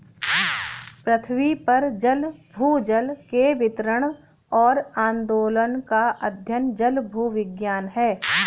पृथ्वी पर जल भूजल के वितरण और आंदोलन का अध्ययन जलभूविज्ञान है